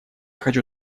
хочу